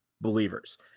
believers